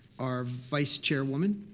our vice-chairwoman,